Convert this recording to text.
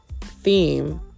theme